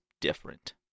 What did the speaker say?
different